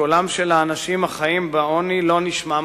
קולם של האנשים החיים בעוני לא נשמע מספיק.